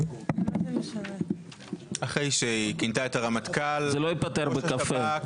זה לא ייפתר בקפה.